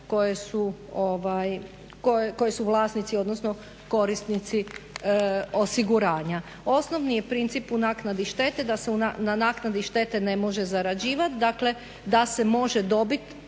koje su vlasnici odnosno korisnici osiguranja. Osnovni je princip u naknadi štete da se na naknadi štete ne može zarađivat, dakle da se može dobit